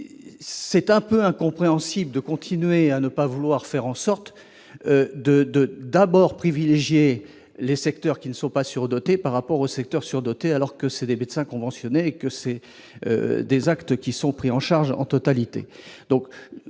c'est un peu incompréhensible de continuer à ne pas vouloir faire en sorte de de d'abord privilégier les secteurs qui ne sont pas sur-dotée par rapport au secteur surdotées alors que c'est des médecins conventionnés que c'est des actes qui sont pris en charge en totalité,